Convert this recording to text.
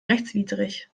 rechtswidrig